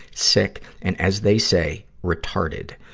sick, and as they say, retarded.